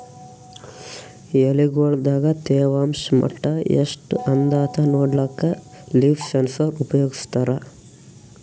ಎಲಿಗೊಳ್ ದಾಗ ತೇವಾಂಷ್ ಮಟ್ಟಾ ಎಷ್ಟ್ ಅದಾಂತ ನೋಡ್ಲಕ್ಕ ಲೀಫ್ ಸೆನ್ಸರ್ ಉಪಯೋಗಸ್ತಾರ